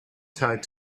tight